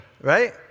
right